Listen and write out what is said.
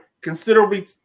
considerably